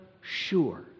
sure